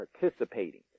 participating